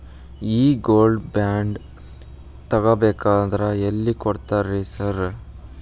ಈ gold bond ತಗಾಬೇಕಂದ್ರ ಎಲ್ಲಿ ಕೊಡ್ತಾರ ರೇ ಸಾರ್?